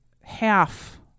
half